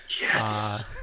Yes